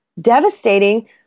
devastating